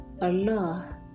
Allah